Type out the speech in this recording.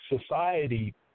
society